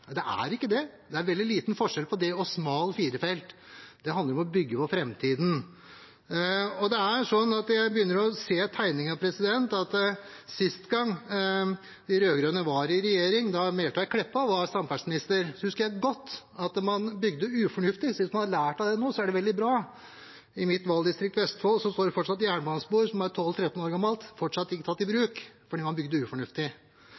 det er ikke det, det er veldig liten forskjell på det og smal firefelts. Det handler om å bygge for fremtiden. Jeg begynner å se tegningen. Sist gang de rød-grønne var i regjering, da Meltveit Kleppa var samferdselsminister, husker jeg godt at man bygde ufornuftig, så hvis man har lært av det nå, er det veldig bra. I mitt valgdistrikt Vestfold står det fortsatt jernbanespor som er 12–13 år gamle og fortsatt ikke tatt i bruk, fordi man bygde ufornuftig.